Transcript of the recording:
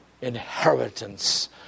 inheritance